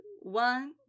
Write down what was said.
One